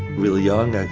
really young,